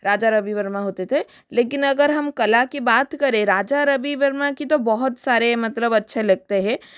राजा रवि वर्मा होते थे लेकिन अगर हम कला की बात करें राजा रवि वर्मा की तो बहुत सारे मतलब अच्छे लगते है